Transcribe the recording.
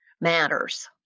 matters